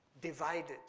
divided